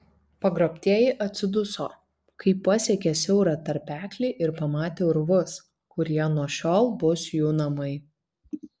pagrobtieji atsiduso kai pasiekė siaurą tarpeklį ir pamatė urvus kurie nuo šiol bus jų namai